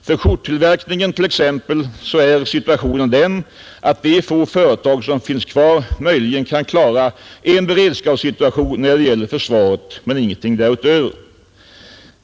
För exempelvis skjorttillverkningen är situationen den, att de få företag som finns kvar möjligen kan klara försvarets behov i en beredskapssituation men ingenting därutöver.